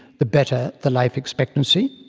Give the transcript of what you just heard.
the better the life expectancy,